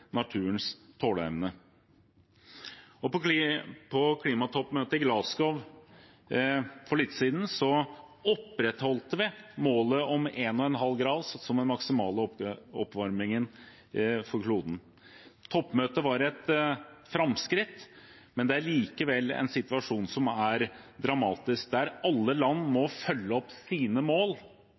naturens tåleevne. På klimatoppmøtet i Glasgow for litt siden opprettholdt vi målet om 1,5 grader som den maksimale oppvarmingen for kloden. Toppmøtet var et framskritt, men det er likevel en situasjon som er dramatisk, der alle land må følge opp og forsterke sine mål,